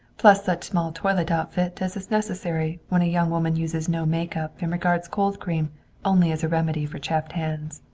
plus such small toilet outfit as is necessary when a young woman uses no make-up and regards cold cream only as a remedy for chapped hands.